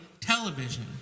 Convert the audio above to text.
television